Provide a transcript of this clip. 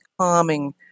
calming